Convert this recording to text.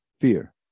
Fear